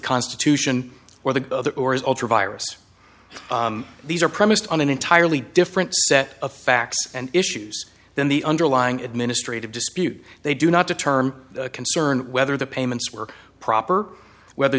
constitution or the other or is ultra virus these are premised on an entirely different set of facts and issues than the underlying administrative dispute they do not determine concern whether the payments were proper or whether